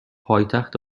پایتخت